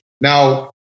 now